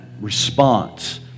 response